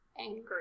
angry